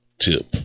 Tip